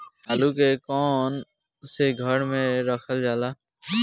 आलू के कवन से घर मे रखल जाला?